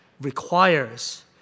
requires